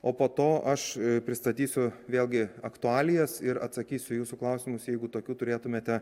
o po to aš pristatysiu vėlgi aktualijas ir atsakysiu jūsų klausimus jeigu tokių turėtumėte